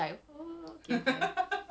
I'm not I'm not ready for that